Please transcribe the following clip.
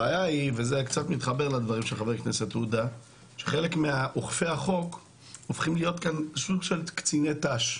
הבעיה היא שחלק מאוכפי החוק הופכים להיות קציני ת"ש.